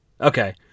Okay